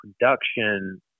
production